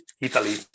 Italy